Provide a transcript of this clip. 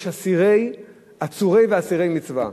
יש עצורי ואסירי מצווה,